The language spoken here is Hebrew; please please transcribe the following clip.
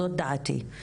זאת דעתי.